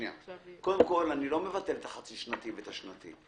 אני לא מבטל את החצי שנתי ואת השנתי,